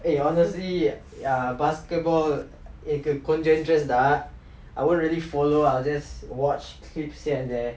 eh honestly err basketball எக்கு கொஞ்ச:ekku konja interest I won't really follow lah I just watch clips here and there